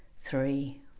three